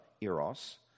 eros